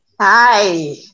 Hi